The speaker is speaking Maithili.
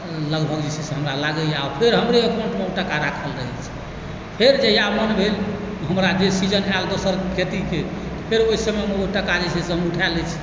लगभग जे छै से हमरा लागैए आओर ओ फेर हमरे एकाउण्टमे टाका राखल रहै छै फेर जहिया मोन भेल हमरा जे सीजन आयल दोसर खेतीकेँ फेर ओहि समयमे हम ओ टाका उठा लैत छी